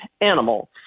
animal